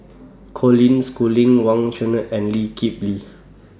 Colin Schooling Wang Chunde and Lee Kip Lee